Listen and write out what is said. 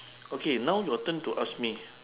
okay now your turn to ask me